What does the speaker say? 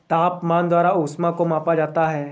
तापमान द्वारा ऊष्मा को मापा जाता है